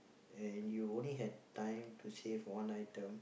and you only had time to save one item